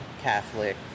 Catholic